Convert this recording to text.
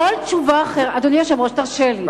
אדוני היושב-ראש, תרשה לי.